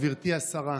גברתי השרה,